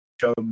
show